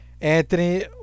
Anthony